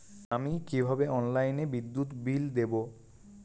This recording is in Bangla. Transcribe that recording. আমি কিভাবে অনলাইনে বিদ্যুৎ বিল দেবো?